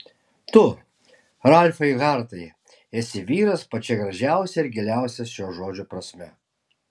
tu ralfai hartai esi vyras pačia gražiausia ir giliausia šio žodžio prasme